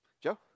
Joe